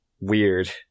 weird